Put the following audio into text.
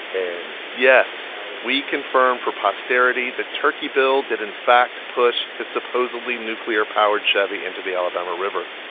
and. yes, we confirm for posterity that turkey bill did, in fact, push his supposedly nuclear-powered chevy into the alabama river.